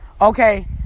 Okay